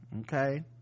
okay